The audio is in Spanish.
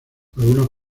algunos